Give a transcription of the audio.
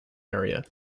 area